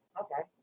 okay